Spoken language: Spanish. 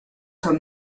son